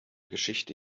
geschichte